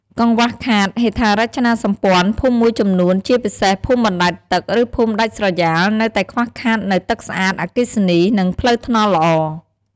កង្វះខាតហេដ្ឋារចនាសម្ព័ន្ធ ភូមិមួយចំនួន ជាពិសេសភូមិបណ្ដែតទឹក ឬភូមិដាច់ស្រយាលនៅតែខ្វះខាតនូវ ទឹកស្អាត អគ្គិសនី និងផ្លូវថ្នល់ល្អ។